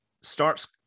starts